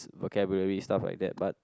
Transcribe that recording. vocabulary stuff like that but